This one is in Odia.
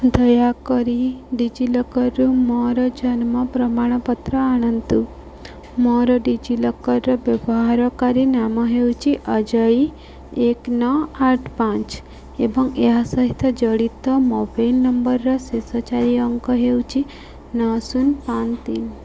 ଦୟାକରି ଡିଜିଲକର୍ରୁ ମୋର ଜନ୍ମ ପ୍ରମାଣପତ୍ର ଆଣନ୍ତୁ ମୋର ଡିଜିଲକର୍ ବ୍ୟବହାରକାରୀ ନାମ ହେଉଛି ଅଜୟ ଏକ ନଅ ଆଠ ପାଞ୍ଚ ଏବଂ ଏହା ସହିତ ଜଡ଼ିତ ମୋବାଇଲ୍ ନମ୍ବର୍ର ଶେଷ ଚାରି ଅଙ୍କ ହେଉଛି ନଅ ଶୂନ ପାଞ୍ଚ ତିନି